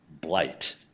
blight